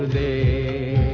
a